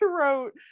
throat